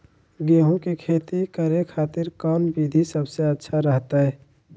गेहूं के खेती करे खातिर कौन विधि सबसे अच्छा रहतय?